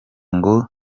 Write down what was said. ngo